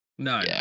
No